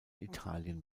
italien